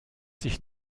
sich